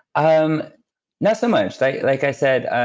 um not so much. like like i said,